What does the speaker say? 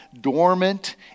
dormant